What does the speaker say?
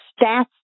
stats